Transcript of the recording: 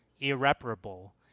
irreparable